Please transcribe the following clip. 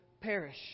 perish